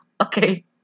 Okay